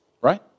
Right